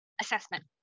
assessment